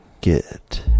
Get